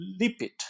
lipid